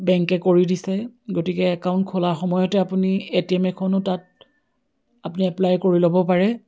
বেংকে কৰি দিছে গতিকে একাউণ্ট খোলাৰ সময়তে আপুনি এটিএম এখনো তাত আপুনি এপ্লাই কৰি ল'ব পাৰে